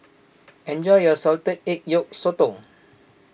enjoy your Salted Egg Yolk Sotong